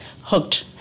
hooked